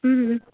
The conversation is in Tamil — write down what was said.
ம்